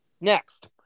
Next